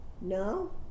No